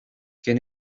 quién